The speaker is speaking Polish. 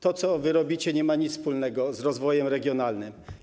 To, co robicie, nie ma nic wspólnego z rozwojem regionalnym.